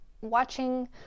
watching